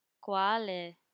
Quale